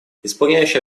исполняющий